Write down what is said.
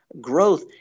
growth